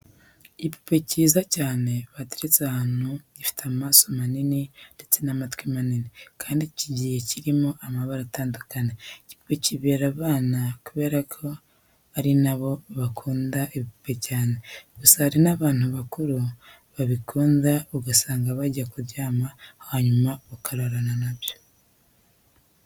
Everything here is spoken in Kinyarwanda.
Igipupe cyiza cyane bateretse ahantu gifite amaso manini ndetse n'amatwi manini kandi kigiye kirimo amabara atandukanye. Iki gipupe kibereye abana kubera ko ari na bo bakunda ibipupe cyane. Gusa hari n'abantu bakuru babikunda ugasanga bajya kuryama hanyuma bakararana na byo.